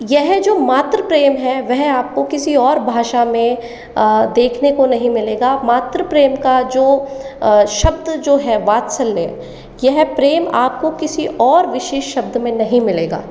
यह जो मातृ प्रेम है वह आपको किसी और भाषा में देखने को नहीं मिलेगा मातृ प्रेम का जो शब्द जो है वात्सल्य यह प्रेम आपको किसी और विशेष शब्द में नहीं मिलेगा